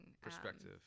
perspective